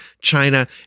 China